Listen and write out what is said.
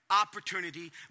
opportunity